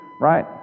right